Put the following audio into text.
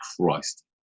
Christ